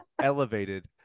elevated